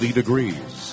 degrees